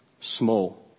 small